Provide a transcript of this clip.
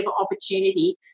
opportunity